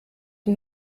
die